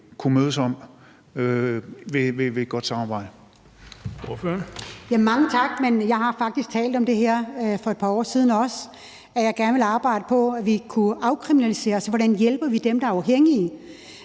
Kl. 17:10 Liselott Blixt (UFG): Mange tak, men jeg har faktisk talt om det her for et par år siden og om, at jeg også gerne ville arbejde for, at vi kunne afkriminalisere det og altså hjælpe dem, der er afhængige.